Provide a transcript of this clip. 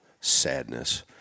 sadness